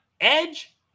Edge